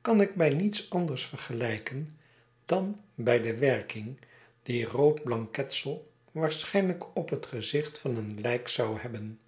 kan ik bij niets anders vergelijken dan bij de werking die rood blanketsel waarschijniijk op het gezicht van een lijk zou hebben